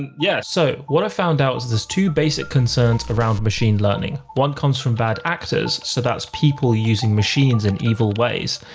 yeah, so what i found out is there's two basic concerns around machine learning. one comes from bad actors, so that's people using machines in evil ways,